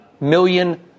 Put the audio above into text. million